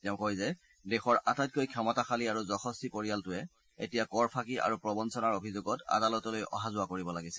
তেওঁ কয় যে দেশৰ আটাইতকৈ ক্ষমতাশালী আৰু যশস্বী পৰিয়ালটোৱে এতিয়া কৰ ফাকি আৰু প্ৰৱঞ্চনাৰ অভিযোগত আদালতলৈ অহা যোৱা কৰিব লাগিছে